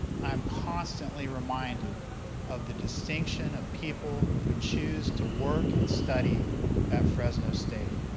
i am constantly reminded of the distinction of people who choose to work and study at fresno state.